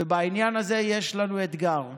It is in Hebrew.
ובעניין הזה יש לנו אתגר.